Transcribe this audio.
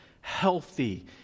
healthy